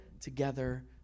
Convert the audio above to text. together